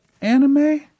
anime